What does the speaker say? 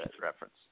reference